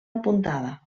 apuntada